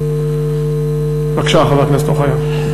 בבקשה, חבר הכנסת אוחיון.